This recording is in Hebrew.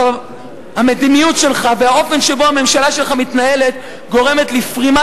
המדיניות שלך והאופן שבו הממשלה שלך מתנהלת גורמים לפרימת